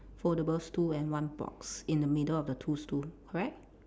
foldable stool and one box in the middle of the two stool correct